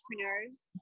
entrepreneurs